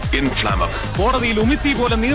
inflammable